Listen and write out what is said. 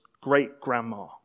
great-grandma